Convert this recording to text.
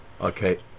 Okay